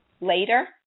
later